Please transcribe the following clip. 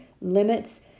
limits